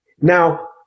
Now